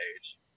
age